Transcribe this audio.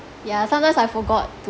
yeah sometimes I forgot to